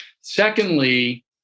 Secondly